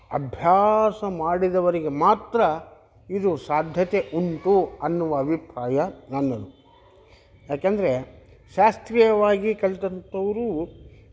ಅಭ್ಯಾಸ ಮಾಡಿದವರಿಗೆ ಮಾತ್ರ ಇದು ಸಾಧ್ಯತೆ ಉಂಟು ಅನ್ನುವ ಅಭಿಪ್ರಾಯ ನನ್ನದು ಯಾಕೆಂದರೆ ಶಾಸ್ತ್ರೀಯವಾಗಿ ಕಲಿತಂತವ್ರು